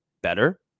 better